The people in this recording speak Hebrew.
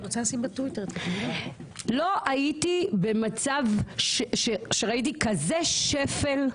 לא הייתי במצב שראיתי כזה שפל,